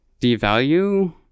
devalue